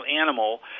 animal